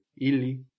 Ili